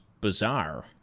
bizarre